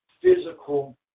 physical